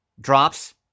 drops